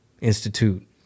Institute